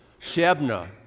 Shebna